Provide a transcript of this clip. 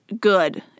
good